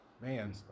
man